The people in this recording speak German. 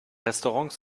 restaurants